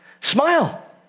Smile